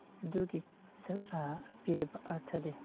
ꯑꯗꯨꯒꯤ ꯄꯤꯔꯤꯕ ꯑꯔꯊꯗꯤ